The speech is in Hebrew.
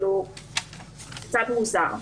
זה קצת מוזר.